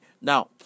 Now